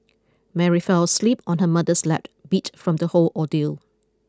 Mary fell asleep on her mother's lap beat from the whole ordeal